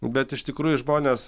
bet iš tikrųjų žmonės